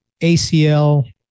ACL